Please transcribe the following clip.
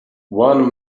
one